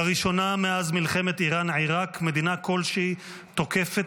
לראשונה מאז מלחמת איראן עיראק מדינה כלשהי תוקפת